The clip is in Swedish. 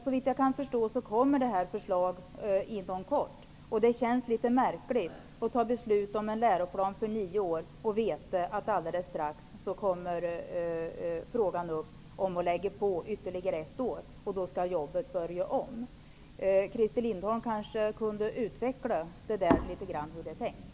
Såvitt jag kan förstå kommer förslaget inom kort, och det känns litet märkligt att fatta beslut om en läroplan för nio år och veta att det alldeles strax kommer ett förslag om att lägga på ytterligare ett år -- och då skall jobbet börja om. Christer Lindblom kanske kan utveckla hur det är tänkt.